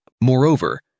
Moreover